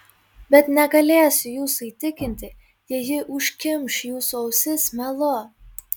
bet negalėsiu jūsų įtikinti jei ji užkimš jūsų ausis melu